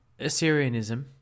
assyrianism